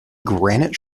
granite